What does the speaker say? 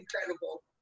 incredible